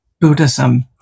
Buddhism